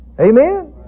Amen